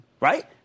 right